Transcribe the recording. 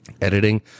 editing